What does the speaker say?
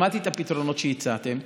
שמעתי את הפתרונות שהצעתם.